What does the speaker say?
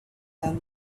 done